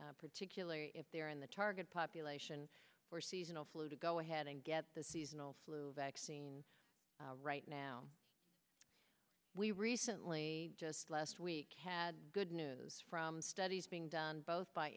strongly particularly if they're in the target population for seasonal flu to go ahead and get the seasonal flu vaccine right now we recently just last week had good news from studies being done both by